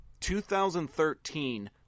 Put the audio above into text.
2013